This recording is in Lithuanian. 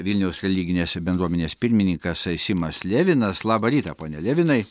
vilniaus religinės bendruomenės pirmininkas simas levinas labą rytą pone levinai